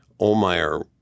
Olmeyer